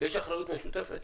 יש אחריות משותפת?